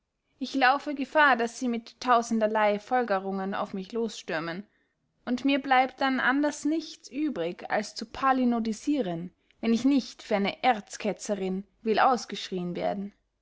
ich laufe gefahr daß sie mit tausenderley folgerungen auf mich losstürmen und mir bleibt dann anders nichts übrig als zu palinodisieren wenn ich nicht für eine erzketzerinn will ausgeschrien werden